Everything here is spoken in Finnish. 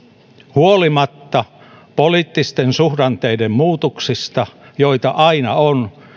huolimatta poliittisten suhdanteiden muutoksista joita aina on